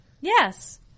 Yes